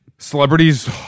Celebrities